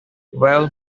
well